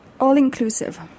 All-inclusive